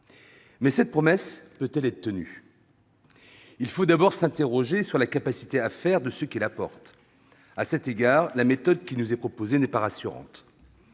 Cette promesse peut-elle être tenue ? Il faut d'abord s'interroger sur la capacité à faire de ceux qui la portent. À cet égard, la méthode qui nous est proposée n'est pas rassurante.